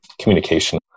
communication